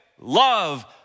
love